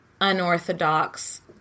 unorthodox